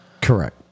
Correct